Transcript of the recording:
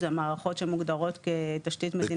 זה המערכות שמוגדרות כתשתית מדינית קריטית.